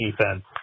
defense